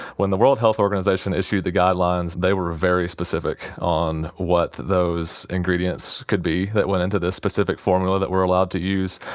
when the world health organization issued the guidelines, they were very specific on what those ingredients could be. that went into this specific formula that we're allowed to use.